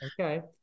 okay